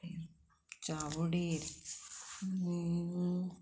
चावडीर मागीर